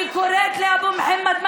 אני קוראת לאבו מוחמד,